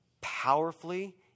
powerfully